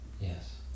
Yes